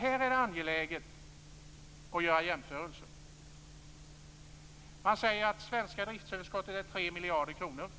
Här är det angeläget att göra jämförelser. Man säger att det svenska driftsöverskottet är 3 miljarder kronor.